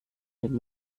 denn